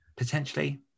Potentially